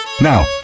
Now